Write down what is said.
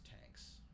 tanks